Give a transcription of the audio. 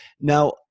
Now